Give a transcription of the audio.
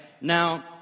now